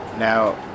Now